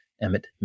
Emmett